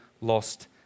lost